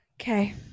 Okay